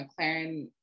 McLaren